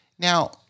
Now